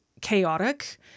chaotic